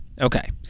Okay